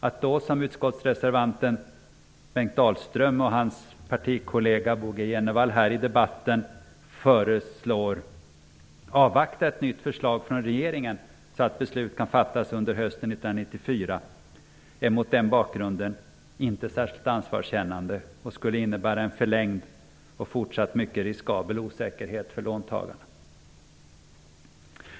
Att då som utskottsreservanten Bengt Dalström och hans partikollega Bo G Jenevall föreslår avvakta ett nytt förslag från regeringen så att beslut kan fattas under hösten 1994 är mot den bakgrunden inte särskilt ansvarskännande. Det skulle innebära en förlängd och fortsatt mycket riskabel osäkerhet för låntagarna.